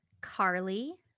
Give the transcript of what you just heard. Carly